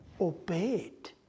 obeyed